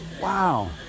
Wow